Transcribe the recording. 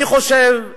אני חושב,